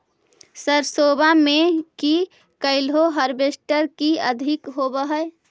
सरसोबा मे की कैलो हारबेसटर की अधिक होब है?